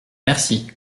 merci